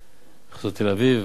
אזור תל-אביב,